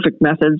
methods